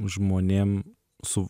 žmonėm su